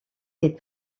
est